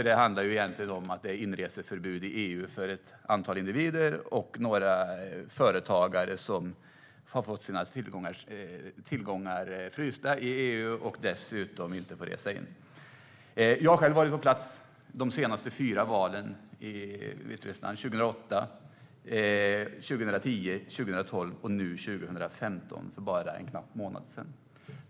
Det handlar om inreseförbud i EU för ett antal individer, och några företagare har fått sina tillgångar frusna i EU och får dessutom inte resa in. Jag har själv varit på plats i Vitryssland under de senaste fyra valen, 2008, 2010, 2012 och 2015, alltså för bara en knapp månad sedan.